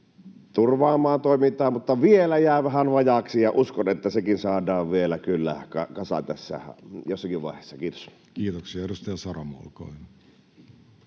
turvaamaan toimintaa, mutta vielä jää vähän vajaaksi, ja uskon, että sekin saadaan vielä kyllä kasaan tässä jossakin vaiheessa. — Kiitos. Kiitoksia. — Edustaja Saramo, olkaa